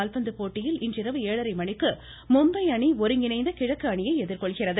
கால்பந்து போட்டியில் இன்றிரவு ஏழரை மணிக்கு மும்பை அணி ஒருங்கிணைந்த கிழக்கு அணியை எதிர்கொள்கிறது